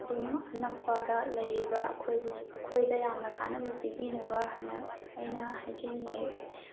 ꯑꯗꯨꯝ ꯑꯅꯛꯄꯗ ꯂꯩꯔꯤꯕ ꯑꯩꯈꯣꯏꯕꯨꯁꯨ ꯑꯩꯈꯣꯏꯗ ꯌꯥꯝꯅ ꯀꯥꯟꯅꯕ ꯄꯤꯕꯤꯅꯕ ꯍꯥꯏꯅ ꯑꯩꯅ ꯍꯥꯏꯖꯅꯤꯡꯏ